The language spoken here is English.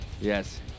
Yes